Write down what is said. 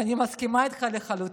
ואני מסכימה איתך לחלוטין.